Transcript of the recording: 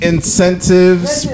Incentives